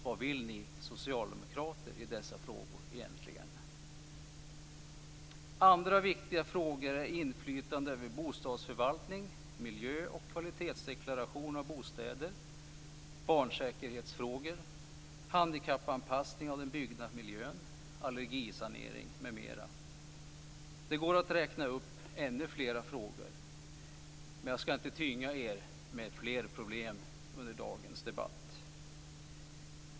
Vad vill ni socialdemokrater egentligen i dessa frågor? Andra viktiga frågor är inflytande över bostadsförvaltning, miljö och kvalitetsdeklaration av bostäder, barnsäkerhetsfrågor, handikappanpassning av den byggda miljön, allergisanering m.m. Det går att räkna upp ännu fler frågor, men jag skall inte tynga er med fler problem under dagens debatt.